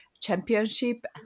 championship